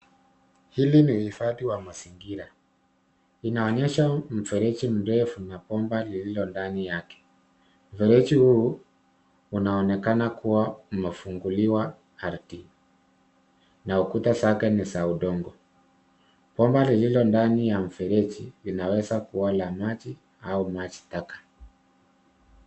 Hili ni uhifadhi wa mazingira. Inaonyesha mfereji mrefu na bomba lililo ndani yake. Mfereji huu unaonekana kuwa umefunguliwa ardhi na ukuta zake ni za udongo. Bomba lililo ndani ya mfereji inaweza kuwa la maji au maji taka.